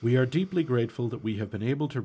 we are deeply grateful that we have been able to